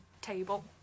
table